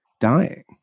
dying